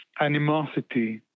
animosity